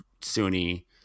Sunni